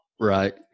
right